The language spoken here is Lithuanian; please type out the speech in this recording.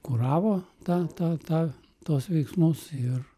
kuravo tą tą tą tuos veiksmus ir